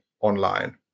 online